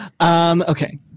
Okay